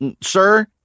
sir